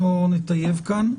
בואו נטייב כאן.